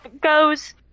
goes